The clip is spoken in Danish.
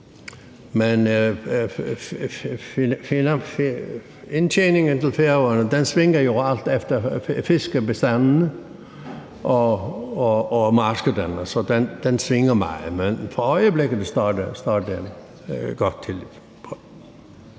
Men indtjeningen på Færøerne svinger jo alt efter fiskebestanden og markedet, så den svinger meget. Men for øjeblikket står det godt til.